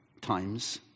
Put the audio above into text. times